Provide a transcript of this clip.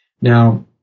Now